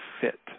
Fit